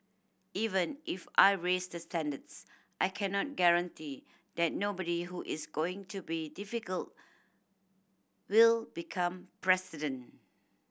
even if I raise the standards I cannot guarantee that nobody who is going to be difficult will become president